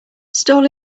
stall